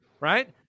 right